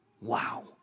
wow